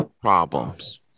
problems